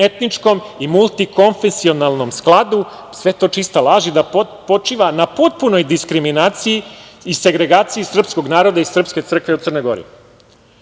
multietničkom i multikonfesionalnom skladu, sve je to čista laž i da počiva na potpunoj diskriminaciji i segregaciji srpskog naroda i srpske crkve u Crnoj